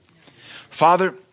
Father